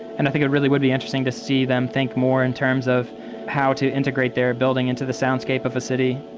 and i think it really would be interesting to see them think more in terms of how to integrate their building into the soundscape of a city.